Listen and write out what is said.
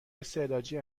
استعلاجی